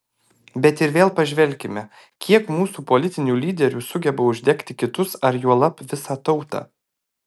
bet ir vėl pažvelkime kiek mūsų politinių lyderių sugeba uždegti kitus ar juolab visą tautą